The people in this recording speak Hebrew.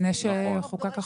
לפני שחוקק החוק.